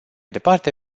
departe